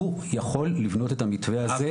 הוא יכול לבנות את המתווה הזה.